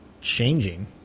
changing